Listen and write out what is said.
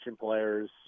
players